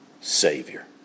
Savior